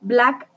Black